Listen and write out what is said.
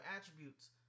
attributes